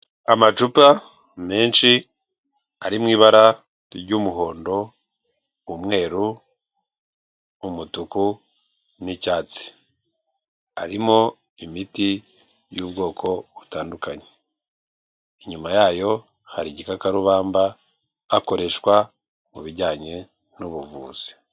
Amacupa menshi, ari mu ibara ry'umuhondo, umweru, umutuku n'icyatsi. arimo imiti y'ubwoko butandukanye. Inyuma yayo hari igikakarubamba, hakoreshwa mu bijyanye n'ubuvuzi.